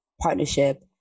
partnership